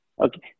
Okay